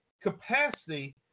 capacity